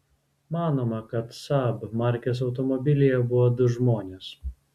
manoma kad saab markės automobilyje buvo du žmonės